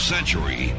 century